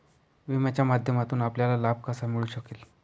विम्याच्या माध्यमातून आपल्याला लाभ कसा मिळू शकेल?